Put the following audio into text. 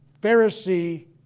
Pharisee